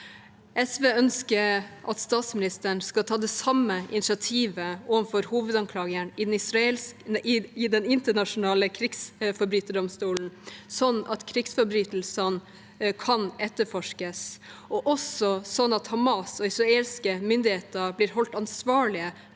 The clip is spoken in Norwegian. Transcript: SV ønsker at statsministeren skal ta det samme initiativet overfor hovedanklageren i den internasjonale krigsforbryterdomstolen, sånn at krigsforbrytelsene kan etterforskes, og også sånn at Hamas og israelske myndigheter blir holdt ansvarlig